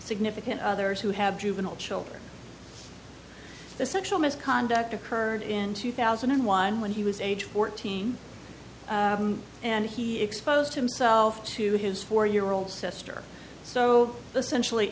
significant others who have juvenile children the sexual misconduct occurred in two thousand and one when he was age fourteen and he exposed himself to his four year old sister so essentially